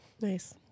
Nice